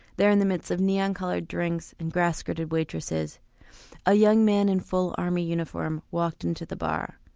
there in the midst of neon coloured drinks and grass skirted waitresses a young man in full army uniform walked into the bar.